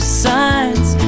signs